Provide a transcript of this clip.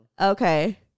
Okay